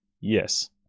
Yes